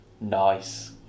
Nice